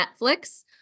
Netflix